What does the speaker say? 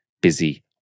busy